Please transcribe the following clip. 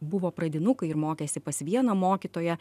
buvo pradinukai mokėsi pas vieną mokytoją